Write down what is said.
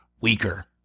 weaker